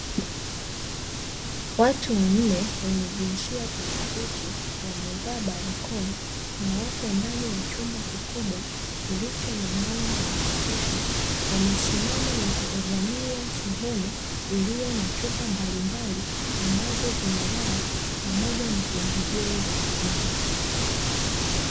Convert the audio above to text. Watu wanne wenye jinsia tofauti wamevaa barakoa na wapo ndani ya chumba kikubwa kilicho na mwanga wa kutosha. Wamesimama na kuegemea sehemu iliyo na chupa mbalimbali ambazo zina dawa pamoja na pembejeo za kilimo.